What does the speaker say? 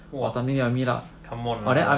!wah! come on man